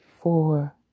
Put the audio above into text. Four